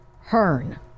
Hearn